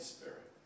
Spirit